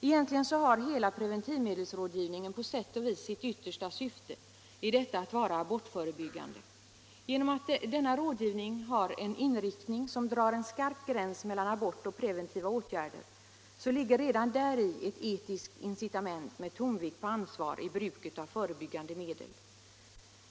Egentligen har hela preventivmedelsrådgivningen på sätt och vis som yttersta syfte att vara abortförebyggande. Redan däri att denna rådgivning har en inriktning, som drar en skarp gräns mellan abort och preventiva åtgärder, ligger ett etiskt incitament med tonvikt på ansvar i bruket av förebyggande medel.